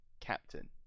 captain